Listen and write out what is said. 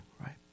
right